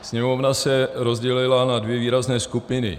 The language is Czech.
Sněmovna se rozdělila na dvě výrazné skupiny.